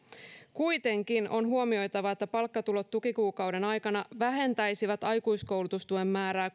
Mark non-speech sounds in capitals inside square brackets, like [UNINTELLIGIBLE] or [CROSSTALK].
kuitenkin on huomioitava että palkkatulot tukikuukauden aikana vähentäisivät aikuiskoulutustuen määrää [UNINTELLIGIBLE]